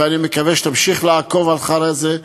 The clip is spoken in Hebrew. ואני מקווה שתמשיך לעקוב אחרי זה.